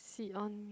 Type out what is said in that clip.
sit on me